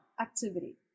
activity